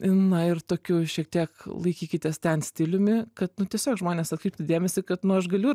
na ir tokiu šiek tiek laikykitės ten stiliumi kad nu tiesiog žmonės atkreiptų dėmesį kad nu aš galiu